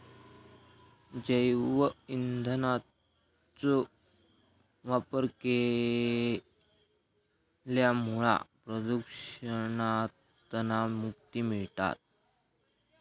जैव ईंधनाचो वापर केल्यामुळा प्रदुषणातना मुक्ती मिळता